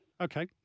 Okay